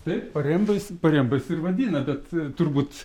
tai parembais parembais ir vadina bet turbūt